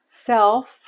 self